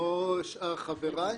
כמו שאר חבריי.